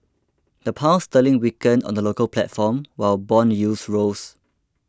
the pound sterling weakened on the local platform while bond yields rose